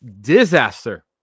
disaster